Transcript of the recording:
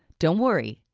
don't worry,